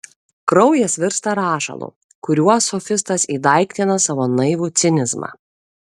kraujas virsta rašalu kuriuo sofistas įdaiktina savo naivų cinizmą